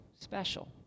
special